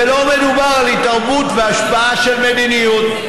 ולא מדובר על התערבות והשפעה של מדיניות.